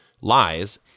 lies